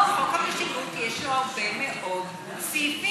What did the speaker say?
לא, חוק המשילות, יש בו הרבה מאוד סעיפים.